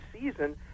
season